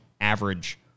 average